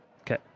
Okay